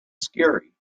scary